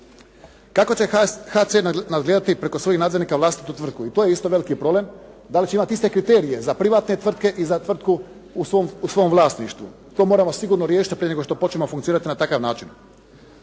Kako će HCR nadgledati preko svojih nadzornika vlastitu tvrtku? I to je isto veliki problem, dali će imati iste kriterije za privatne tvrtke i za tvrtku u svom vlasništvu? To moramo sigurno riješiti prije nešto što počnemo funkcionirati na takav način.